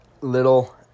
little